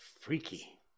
freaky